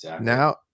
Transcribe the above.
now